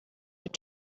your